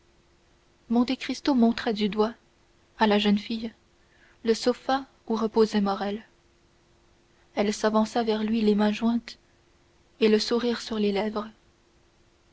perdu monte cristo montra du doigt à la jeune femme le sofa où reposait morrel elle s'avança vers lui les mains jointes et le sourire sur les lèvres